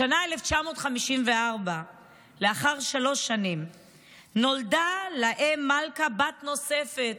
השנה היא 1954. לאחר שלוש שנים נולדה לאם מלכה בת נוספת,